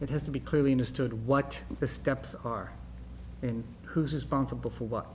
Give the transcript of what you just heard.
that has to be clearly understood what the steps are and who's responsible for what